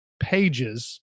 pages